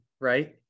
right